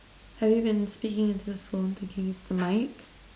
have you been speaking into the phone thinking it's the mic